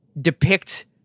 depict